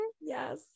Yes